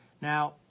Now